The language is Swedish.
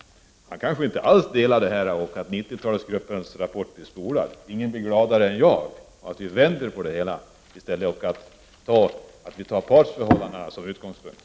Men han kanske inte alls delar denna uppfattning, utan han vill kanske så att säga spola 90-talgruppens förslag. Och ingen skulle bli gladare än jag om vi i stället vände på det hela och tog partsförhållandena som utgångspunkt.